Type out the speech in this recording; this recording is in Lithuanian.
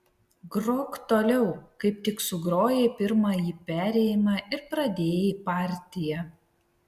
grok toliau kaip tik sugrojai pirmąjį perėjimą ir pradėjai partiją